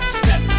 step